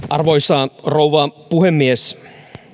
arvoisa rouva puhemies